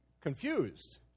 confused